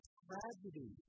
tragedy